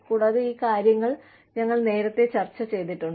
കൂടാതെ ഈ കാര്യങ്ങൾ ഞങ്ങൾ നേരത്തെ ചർച്ച ചെയ്തിട്ടുണ്ട്